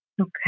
Okay